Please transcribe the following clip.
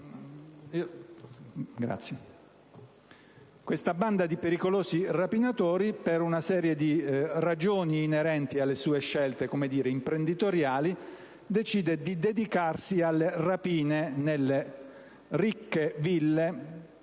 Questa banda di pericolosi rapinatori, per una serie di ragioni inerenti alle sue scelte imprenditoriali, decide di dedicarsi alle rapine nelle ricche ville